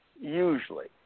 usually